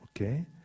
Okay